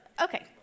Okay